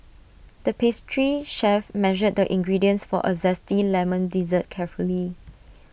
the pastry chef measured the ingredients for A Zesty Lemon Dessert carefully